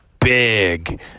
big